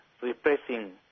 repressing